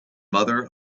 mother